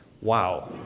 wow